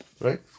Right